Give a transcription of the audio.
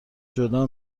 جدا